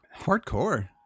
Hardcore